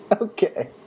Okay